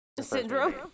Syndrome